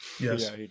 Yes